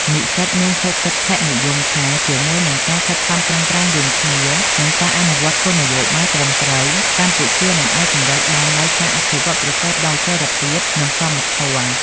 និស្សិតមានសុទិដ្ឋិនិយមថា ជាមួយនឹងការខិតខំប្រឹងប្រែងរួមគ្នា និងការអនុវត្តគោលនយោបាយត្រឹមត្រូវ កម្ពុជានឹងអាចសម្រេចបាននូវការអភិវឌ្ឍន៍ប្រកបដោយចីរភាព និងសមធម៌។